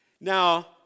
Now